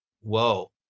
Whoa